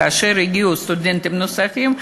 כאשר יגיעו סטודנטים נוספים,